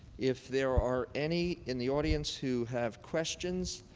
if there are any in the audience who have questions,